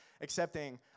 accepting